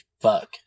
fuck